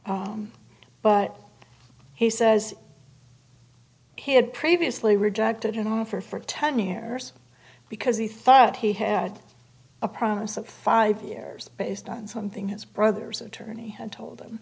years but he says he had previously rejected an offer for ten years because he thought he had a promise of five years based on something his brother's attorney had told